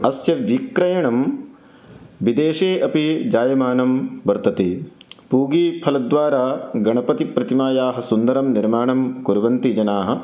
अस्य विक्रयणं विदेशे अपि जायमानं वर्तते पूगिफलद्वारा गणपतिप्रतिमायाः सुन्दरं निर्माणं कुर्वन्ति जनाः